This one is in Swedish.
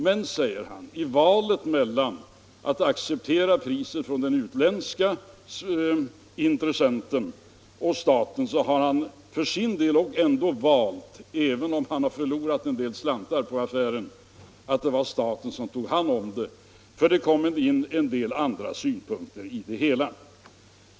Men, säger han, i valet mellan att acceptera priset från den utländska intressenten och statens erbjudande så har han för sin del ändå valt att låta staten ta hand om företaget - även om han förlorat en del slantar på affären. Det kom nämligen in en del andra synpunkter i det hela.